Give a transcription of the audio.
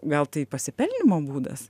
gal tai pasipelnymo būdas